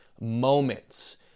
moments